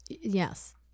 Yes